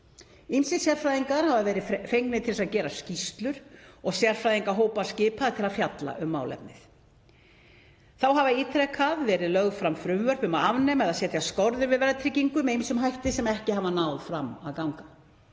Ýmsir sérfræðingar hafa verið fengnir til að gera skýrslur og sérfræðingahópar skipaðir til að fjalla um málefnið. Þá hafa ítrekað verið lögð fram frumvörp um að afnema eða setja skorður við verðtryggingu með ýmsum hætti, sem ekki hafa náð fram að ganga